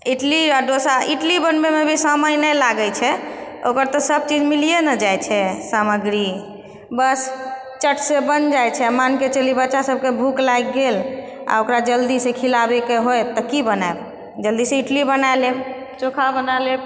इडली आ डोसा इडली बनबेैमे भी समय नहि लागैछै ओकर तऽ सबचीज मिलिए नहि जाइत छै सामग्री बस चटसे बनि जाइत छै मानिके चलु बच्चा सबकेँ भूख लागि गेल आ ओकरा जल्दी से खिलाबएके होएत तऽ कि बनाएब जल्दीसँ इडली बना लेब चोखा बना लेब